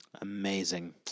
Amazing